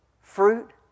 Fruit